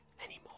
anymore